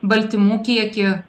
baltymų kiekį